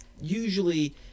usually